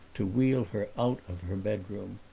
to wheel her out of her bedroom.